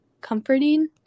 comforting